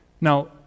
Now